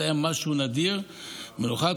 זה היה משהו נדיר ומיוחד,